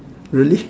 really